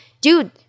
dude